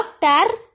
doctor